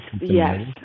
yes